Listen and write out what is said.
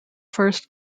first